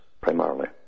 primarily